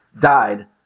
died